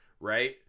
Right